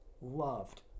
loved